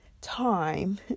time